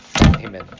amen